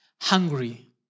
Hungry